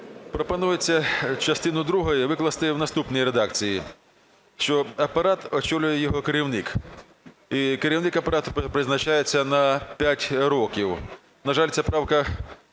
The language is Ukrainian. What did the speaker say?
Пропонується частину другу викласти в наступній редакції, що апарат очолює його керівник, і керівник апарату призначається на 5 років. На жаль, ця правка